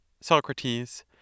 Socrates